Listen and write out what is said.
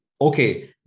okay